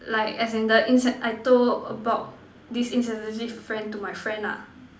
like as in the insens~ I told about this insensitive friend to my friend ah